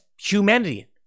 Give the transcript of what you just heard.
humanity